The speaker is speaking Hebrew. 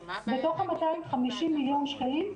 בתוך ה-250 מיליון שקלים,